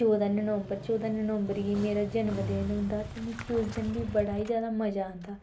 ते चौह्दां नम्बर ते चौह्दां नम्बर गी मेरा जन्म दिन होंदा ते मिगी उस दिन बा बड़ा ई मज़ा आंदा